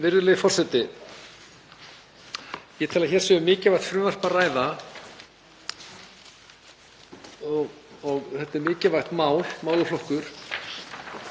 Virðulegi forseti. Ég tel að hér sé um mikilvægt frumvarp að ræða og þetta er mikilvægt mál, málaflokkur